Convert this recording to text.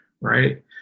right